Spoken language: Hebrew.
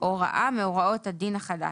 הוראה מהוראות הדין החדש.